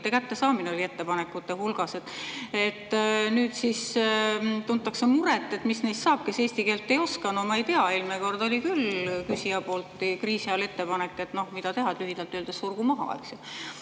mittekättesaamine oli ettepanekute hulgas. Nüüd tuntakse muret, mis neist saab, kes eesti keelt ei oska. No ma ei tea, eelmine kord oli küll küsija poolt kriisi ajal ettepanek, et lühidalt öeldes surgu maha, eks